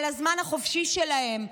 על הזמן החופשי שלהם,